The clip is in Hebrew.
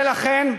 ולכן,